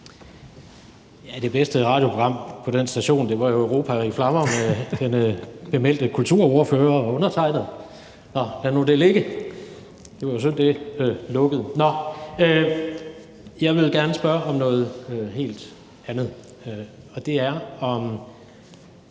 Ja, det bedste radioprogram på den station var jo »Europa i Flammer« med bemeldte kulturordfører og undertegnede – men lad nu det ligge. Det var synd, det blev lukket. Nå, men jeg vil gerne spørge om noget helt andet, og det er, om